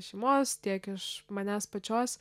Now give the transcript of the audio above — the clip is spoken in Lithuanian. šeimos tiek iš manęs pačios